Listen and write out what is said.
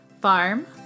farm